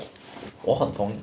我很同